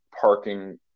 parking